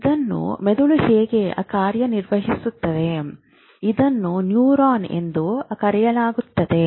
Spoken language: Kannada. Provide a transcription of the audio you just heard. ಇದನ್ನು ಮೆದುಳು ಹೇಗೆ ಕಾರ್ಯನಿರ್ವಹಿಸುತ್ತದೆ ಎಂದು ನ್ಯೂರಾನ್ ಎಂದು ಕರೆಯಲಾಗುತ್ತದೆ